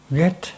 get